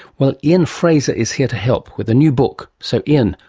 well, ian fraser is here to help, with a new book. so ian,